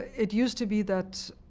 it used to be that